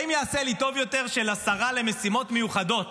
האם יעשה לי טוב יותר שלשרה למשימות מיוחדות